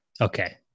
Okay